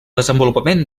desenvolupament